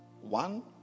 one